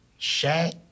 Shaq